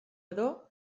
edo